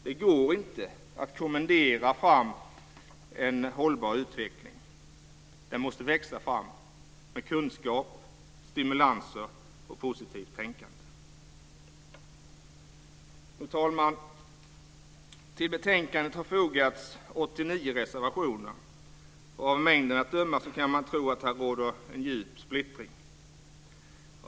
Det går inte att kommendera fram en hållbar utveckling. Den måste växa fram med kunskap, stimulanser och positivt tänkande. Fru talman! Till betänkandet har fogats 89 reservationer, och av mängden att döma kan man tro att det råder en djup splittring.